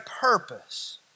purpose